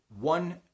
one